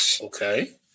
okay